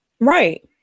right